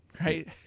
Right